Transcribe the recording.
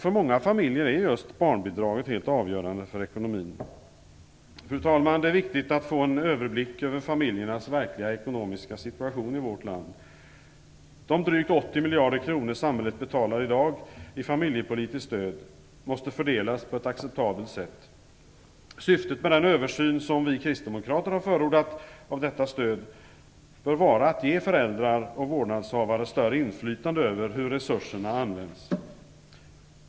För många familjer är barnbidraget helt avgörande för ekonomin. Fru talman! Det är viktigt att få en överblick över familjernas verkliga ekonomiska situation i vårt land. De drygt 80 miljarder kronor samhället betalar i dag i familjepolitiskt stöd måste fördelas på ett acceptabelt sätt. Syftet med den översyn som vi kristdemokrater har förordat av detta stöd bör vara att ge föräldrar och vårdnadshavare större inflytande över hur resurserna används.